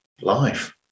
life